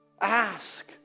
ask